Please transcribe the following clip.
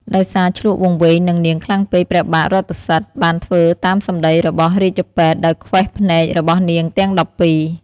ដោយសារឈ្លក់វង្វេងនឹងនាងខ្លាំងពេក ព្រះបាទរថសិទ្ធិបានធ្វើតាមសម្តីរបស់រាជពេទ្យ ដោយខ្វេះភ្នែករបស់នាងទាំង១២។